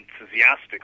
enthusiastic